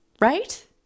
right